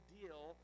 deal